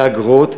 באגרות,